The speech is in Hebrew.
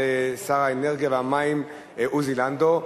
של שר האנרגיה והמים עוזי לנדאו.